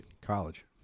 college